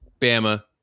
Bama